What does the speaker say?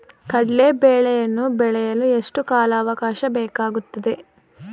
ಕಡ್ಲೆ ಬೇಳೆಯನ್ನು ಬೆಳೆಯಲು ಎಷ್ಟು ಕಾಲಾವಾಕಾಶ ಬೇಕಾಗುತ್ತದೆ?